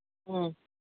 ꯎꯝ